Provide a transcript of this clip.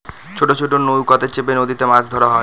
ছোট ছোট নৌকাতে চেপে নদীতে মাছ ধরা হয়